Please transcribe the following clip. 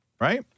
Right